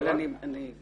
אבל אני כרגע,